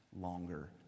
longer